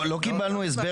לא קיבלנו הסבר